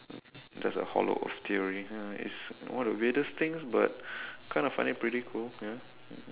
that's the hollow earth theory ya it's one of the weirdest things but kind of funny pretty cool ya